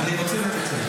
אני רוצה להיות רציני.